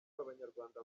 b’abanyarwanda